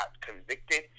convicted